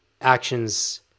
actions